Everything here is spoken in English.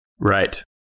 Right